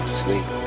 sleep